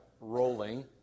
rolling